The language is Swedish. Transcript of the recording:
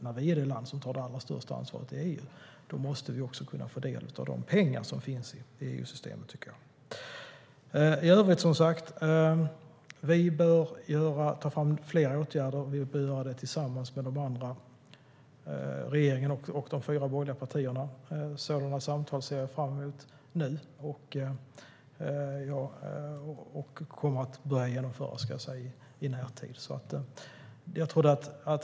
När vi är det land som tar det allra största ansvaret i EU måste vi också kunna få del av de pengar som finns i EU-systemet. I övrigt behöver vi vidta fler åtgärder. Vi behöver göra det tillsammans, regeringen och de fyra borgerliga partierna. Sådana samtal ser jag fram emot. De kommer att börja genomföras i närtid.